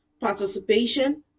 participation